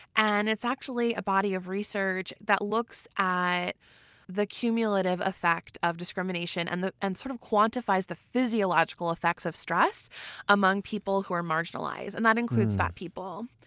and it's actually a body of research that looks at the cumulative effect of discrimination and and sort of quantifies the physiological effects of stress among people who are marginalized and that includes fat people.